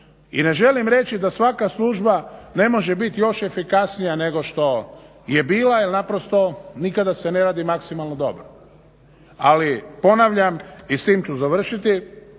I ne želim reći da svaka služba ne može biti još efikasnija nego što je bila jer naprosto nikada se radi maksimalno dobro. Ali ponavljam i s tim ću završiti,